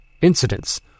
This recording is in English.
incidents